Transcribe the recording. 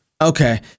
Okay